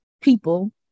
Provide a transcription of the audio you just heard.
people